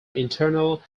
internal